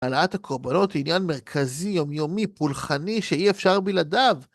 העלאת הקורבנות היא עניין מרכזי, יומיומי, פולחני, שאי אפשר בלעדיו.